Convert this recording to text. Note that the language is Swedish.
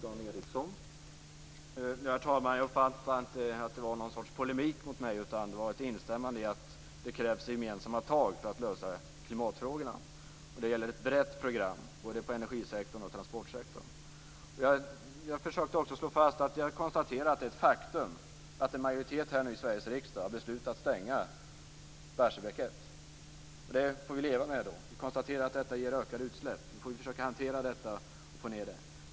Herr talman! Jag uppfattade inte att det var något slags polemik mot mig. Det var ett instämmande i att det krävs gemensamma tag för att lösa klimatfrågorna. Det gäller ett brett program både inom energisektorn och transportsektorn. Jag försökte också slå fast att det är ett faktum, konstaterar jag, att en majoritet här i Sveriges riksdag har beslutat att stänga Barsebäck 1. Det får vi då leva med. Vi konstaterar att det ger ökade utsläpp. Vi får försöka hantera detta och få ned utsläppen.